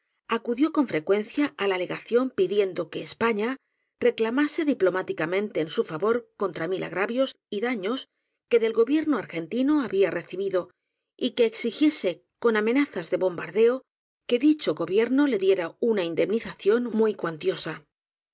acudió con frecuencia á la le gación pidiendo que españa reclamase diplomáti camente en su favor contra mil agravios y daños que del gobierno argentino había recibido y que exigiese con amenazas de bombardeo que dicho gobierno le diera una indemnización muy